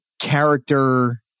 character